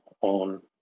on